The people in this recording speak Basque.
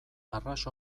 arras